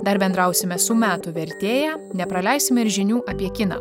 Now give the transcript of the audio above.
dar bendrausime su metų vertėja nepraleisime ir žinių apie kiną